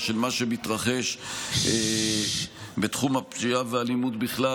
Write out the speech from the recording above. של מה שמתרחש בתחום הפשיעה והאלימות בכלל